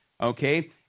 okay